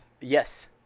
Yes